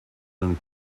and